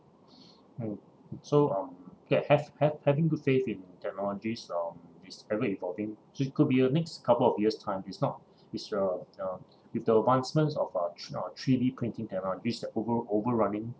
mm so uh okay hav~ hav~ having good faith in technologies um is ever evolving which could be uh next couple of years' time it's not it's uh uh with the advancements of uh thr~ uh three d printing technologies that over~ overrunning